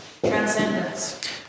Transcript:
Transcendence